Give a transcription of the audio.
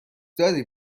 داری